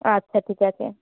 আচ্ছা ঠিক আছে